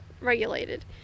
regulated